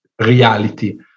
reality